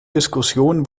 diskussion